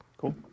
cool